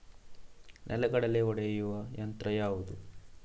ನೆಲಗಡಲೆ ಒಡೆಯುವ ಯಂತ್ರ ಯಾವುದು?